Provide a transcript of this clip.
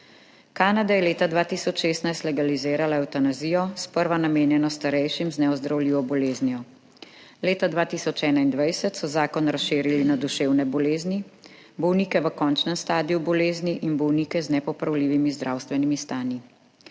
Kanada je leta 2016 legalizirala evtanazijo, sprva namenjeno starejšim z neozdravljivo boleznijo. Leta 2021 so zakon razširili na duševne bolezni, bolnike v končnem stadiju bolezni in bolnike z nepopravljivimi zdravstvenimi stanji.